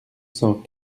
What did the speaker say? cent